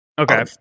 okay